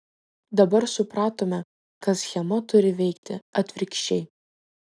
dabar supratome kad schema turi veikti atvirkščiai